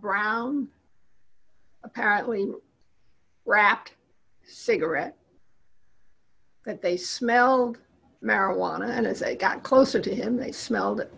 brown apparently wrapped cigarette but they smelled marijuana and as they got closer to him they smelled it